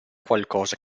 qualcosa